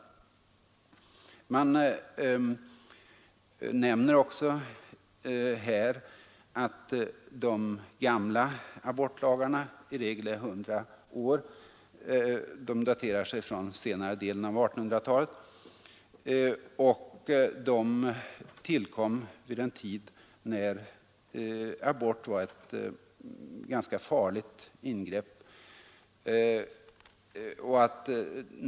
Man nämner också att de gamla abortlagarna i regel är 100 år. De daterar sig från senare delen av 1800-talet och tillkom alltså vid en tid när abort var ett ganska farligt ingrepp.